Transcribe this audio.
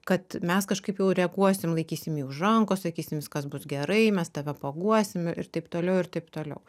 kad mes kažkaip jau reaguosim laikysim jį už rankos sakysim viskas bus gerai mes tave paguosim ir taip toliau ir taip toliau